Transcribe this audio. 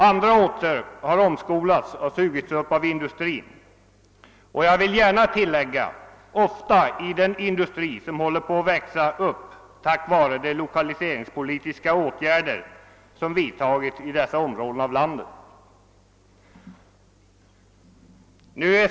Andra åter har omskolats och sugits upp av industrin — och jag vill tillägga att det ofta har skett i den industri som håller på att växa upp tack vare de lokaliseringspolitiska åtgärder som vidtagits i dessa områden av landet.